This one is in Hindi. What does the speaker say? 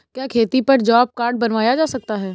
क्या खेती पर जॉब कार्ड बनवाया जा सकता है?